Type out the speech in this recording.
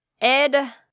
Ed